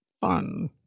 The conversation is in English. fun